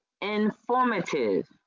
informative